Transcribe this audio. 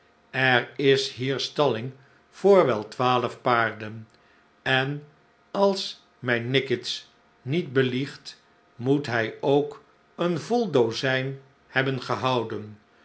er is hier stalling voor wel twaalf paarden en als mij nickits niet beliegt moet hy ook een vol dozh'n hebben gehouden